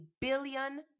billion